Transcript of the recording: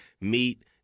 meet